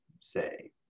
say